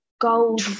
Gold